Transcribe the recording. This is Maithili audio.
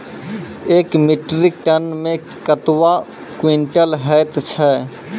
एक मीट्रिक टन मे कतवा क्वींटल हैत छै?